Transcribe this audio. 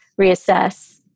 reassess